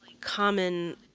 common